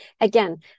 Again